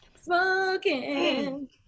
Smoking